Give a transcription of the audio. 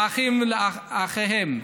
והאחים, על אחיהם.